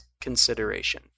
consideration